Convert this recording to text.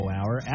Hour